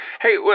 Hey